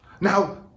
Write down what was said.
now